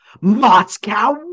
Moscow